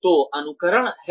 तो अनुकरण है